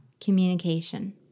communication